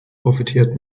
profitiert